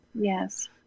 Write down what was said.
Yes